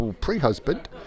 pre-husband